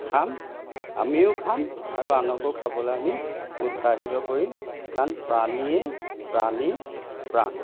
খাম আমিও খাম আৰু আনকো খাবলে আমি উৎসাহিত কৰিম কাৰণ পানীয়েই প্ৰাণীৰ প্ৰাণ